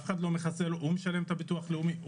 הוא משלם את הביטוח הלאומי.